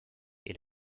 est